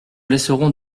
laisserons